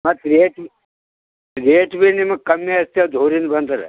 ಮತ್ತು rate rate ಭಿ ನಿಮಗೆ ಕಮ್ಮಿ ಅಷ್ಟೆ ದೂರಿಂದ ಬಂದ್ರೆ